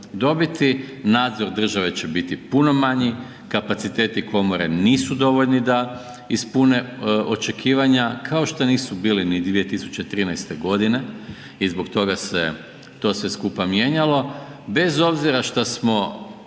dobiti, nadzor države će biti puno manji, kapaciteti komore nisu dovoljni da ispune očekivanja kao što nisu bili ni 2013. godine i zbog toga se to sve skupa mijenjalo, bez obzira što smo